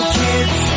kids